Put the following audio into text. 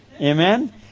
amen